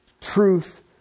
Truth